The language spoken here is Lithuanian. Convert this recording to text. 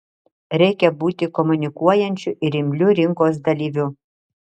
reikia būti komunikuojančiu ir imliu rinkos dalyviu